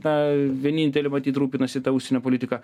na vienintelė matyt rūpinasi ta užsienio politika